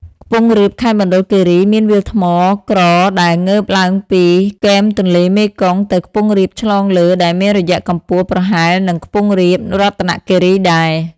ខ្ពង់រាបខេត្តមណ្ឌលគិរី មានវាលថ្មក្រដែលងើបឡើងពី គែមទន្លេមេគង្គទៅខ្ពង់រាបឆ្លងលើ ដែលមានរយៈកំពស់ប្រហែលនឹងខ្ពង់រាប រតនគីរីដែរ ។